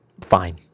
fine